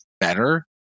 better